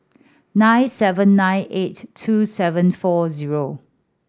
nine seven nine eight two seven four zero